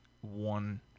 one